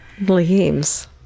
Leaves